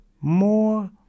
more